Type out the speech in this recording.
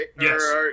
yes